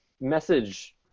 message